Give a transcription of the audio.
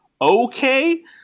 okay